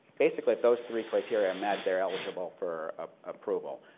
basically if those three criteria are met they are eligible for ah approval.